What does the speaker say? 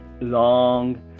long